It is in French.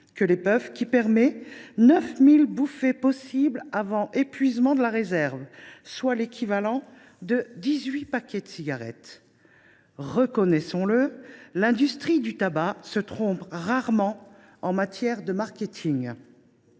puisqu’elle contient 9 000 bouffées possibles avant épuisement de la réserve, soit l’équivalent de 18 paquets de cigarettes. Reconnaissons le, l’industrie du tabac se trompe rarement en matière de marketing,